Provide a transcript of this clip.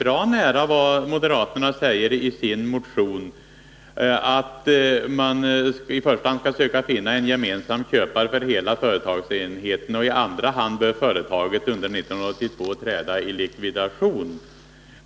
Men då är ni nära vad moderaterna säger i sin motion, nämligen att man i första hand skall försöka finna en gemensam köpare för hela företagsenheten och att i andra hand företaget bör träda i likvidation under 1982.